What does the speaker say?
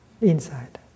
inside